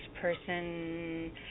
person